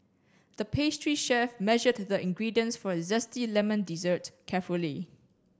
the pastry chef measured the ingredients for a zesty lemon dessert carefully